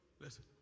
listen